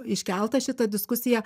iškelta šita diskusija